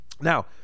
Now